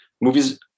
Movies